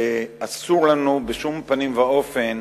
ואסור לנו בשום פנים ואופן